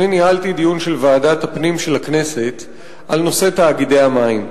ניהלתי דיון של ועדת הפנים של הכנסת על נושא תאגידי המים.